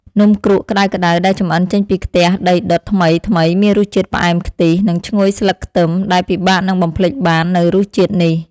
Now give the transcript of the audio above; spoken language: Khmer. នំគ្រក់ក្ដៅៗដែលចម្អិនចេញពីខ្ទះដីដុតថ្មីៗមានរសជាតិផ្អែមខ្ទិះ និងឈ្ងុយស្លឹកខ្ទឹមដែលពិបាកនឹងបំភ្លេចបាននូវរសជាតិនេះ។